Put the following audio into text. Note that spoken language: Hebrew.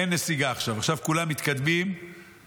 אין נסיגה עכשיו, עכשיו כולם מתקדמים קדימה.